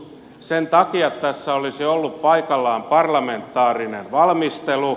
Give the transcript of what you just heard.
sen takia tässä olisi ollut paikallaan parlamentaarinen valmistelu